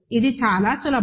ఇది చాలా సులభం